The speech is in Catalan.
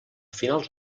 finals